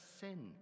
sin